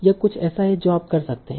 यह कुछ ऐसा है जो आप कर सकते हैं